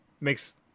makes